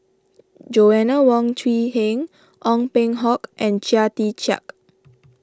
Joanna Wong Quee Heng Ong Peng Hock and Chia Tee Chiak